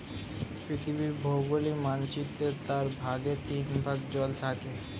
পৃথিবীর ভৌগোলিক মানচিত্রের চার ভাগের তিন ভাগ জল থাকে